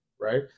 right